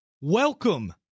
Welcome